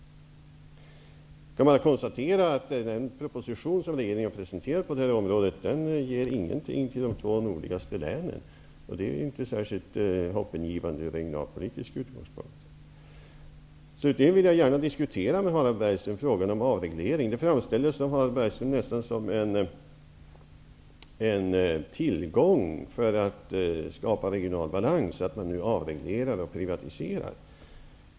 Man kan nu konstatera att den proposition som regeringen har presenterat på detta område inte ger någonting till de två nordligaste länen, och det är inte särskilt hoppingivande från regionalpolitisk utgångspunkt. Slutligen vill jag gärna med Harald Bergström diskutera frågan om avreglering. Det framställs av Harald Bergström nästan som en tillgång när det gäller att skapa regional balans att man nu avreglerar och privatiserar.